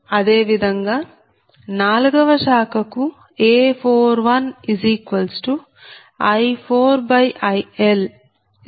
అదే విధంగా 4 వ శాఖ కు A41I4IL2 j0